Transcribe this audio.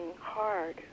hard